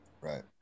right